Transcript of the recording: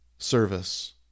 service